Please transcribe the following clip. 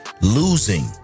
losing